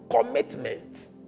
commitment